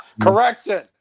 Correction